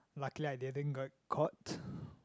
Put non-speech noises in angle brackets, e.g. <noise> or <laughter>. luckily I didn't got caught <breath>